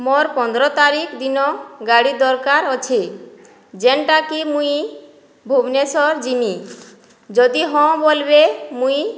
ମୋର୍ ପନ୍ଦ୍ର ତାରିଖ୍ ଦିନ ଗାଡି ଦର୍କାର୍ ଅଛେ ଯେନ୍ଟାକି ମୁଇଁ ଭୁବ୍ନେଶ୍ଵର୍ ଯିମି ଯଦି ହଁ ବୋଲ୍ବେ ମୁଇଁ